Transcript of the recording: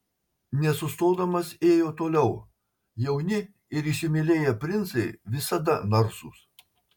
nesustodamas ėjo toliau jauni ir įsimylėję princai visada narsūs